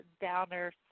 downer